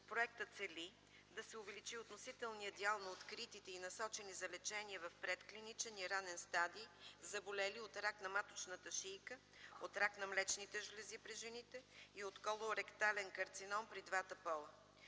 Проектът цели да се увеличи относителният дял на откритите и насочени за лечение в предклиничен и ранен стадий заболели от рак на маточната шийка, от рак на млечните жлези при жените, от колоректален карцином при двата пола.